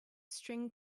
string